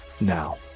now